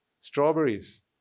strawberries